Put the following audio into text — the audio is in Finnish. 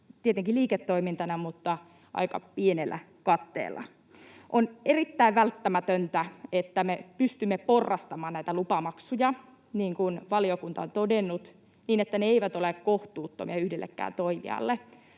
tietenkin liiketoimintana mutta aika pienellä katteella. On erittäin välttämätöntä, että me pystymme porrastamaan näitä lupamaksuja, niin kuin valiokunta on todennut, niin että ne eivät ole kohtuuttomia yhdellekään toimijalle.